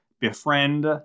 befriend